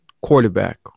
quarterback